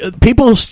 People